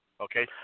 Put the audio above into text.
okay